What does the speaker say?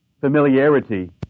familiarity